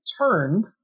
turned